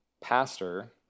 pastor